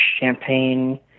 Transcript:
champagne